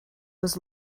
was